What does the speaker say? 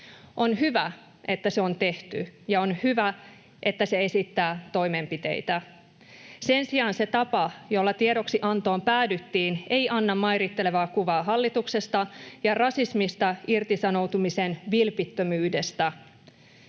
On hyvä, että se on tehty, ja on hyvä, että se esittää toimenpiteitä. Sen sijaan tapa, jolla tiedoksiantoon päädyttiin, ei anna mairittelevaa kuvaa hallituksesta ja rasismista irtisanoutumisen vilpittömyydestä.